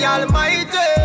Almighty